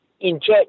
inject